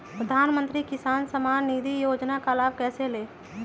प्रधानमंत्री किसान समान निधि योजना का लाभ कैसे ले?